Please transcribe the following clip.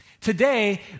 Today